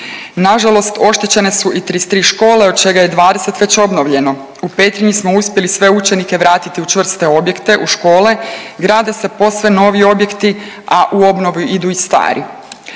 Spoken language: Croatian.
Nažalost, oštećene su i 33 škole od čega je 20 već obnovljeno u Petrinji smo uspjeli sve učenike vratiti u čvrste objekte u škole, grade se posve novi objekti, a u obnovu idu i stari.